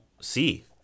see